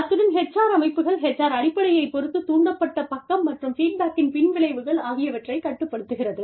அத்துடன் HR அமைப்புகள் HR அடிப்படையைப் பொறுத்து தூண்டப்பட்ட பக்கம் மற்றும் பீட்பேக்கின் பின்விளைவுகள் ஆகியவற்றைக் கட்டுப்படுத்துகிறது